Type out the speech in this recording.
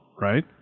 right